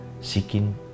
seeking